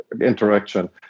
interaction